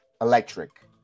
electric